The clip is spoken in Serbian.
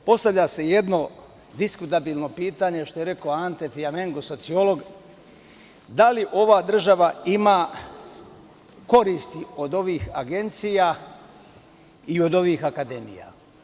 Postavlja se jedno diskutabilno pitanje, što je rekao Ante Fijamengo sociolog, da li ova država ima koristi od ovih agencija i od ovih akademija?